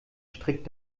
strick